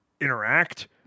interact